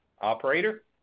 Operator